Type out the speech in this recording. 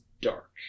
dark